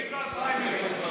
על פריימריז.